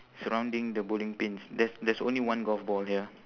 surrounding the bowling pins there's there's only one golf ball here